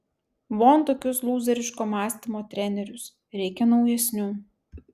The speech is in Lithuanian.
von tokius lūzeriško mąstymo trenerius reikia naujesnių